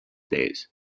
days